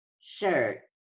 shirt